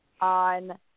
on